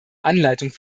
anleitung